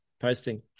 Posting